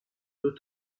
deux